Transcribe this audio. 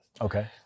Okay